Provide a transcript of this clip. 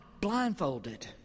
blindfolded